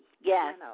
Yes